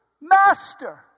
Master